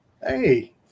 Hey